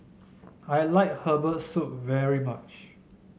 I like Herbal Soup very much